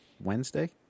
Wednesday